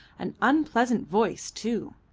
an unpleasant voice too.